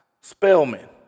Spellman